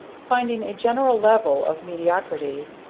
finding a general level of mediocrity,